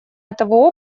этого